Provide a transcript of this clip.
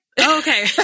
okay